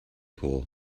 pool